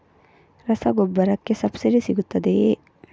ರಸಗೊಬ್ಬರಕ್ಕೆ ಸಬ್ಸಿಡಿ ಸಿಗುತ್ತದೆಯೇ?